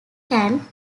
can